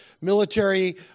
military